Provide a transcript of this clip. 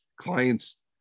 clients